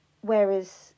whereas